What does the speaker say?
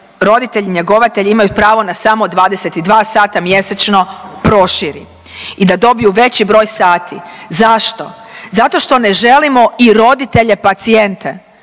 roditelji njegovatelji imaj pravo na samo 22 sata mjesečno proširi i da dobiju veći broj sati. Zašto? Zato što ne želimo i roditelje pacijente.